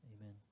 Amen